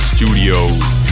Studios